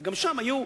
כי גם שם היתה,